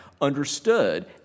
understood